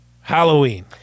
Halloween